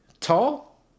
Tall